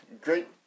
great